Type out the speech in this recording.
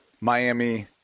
Miami